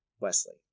wesley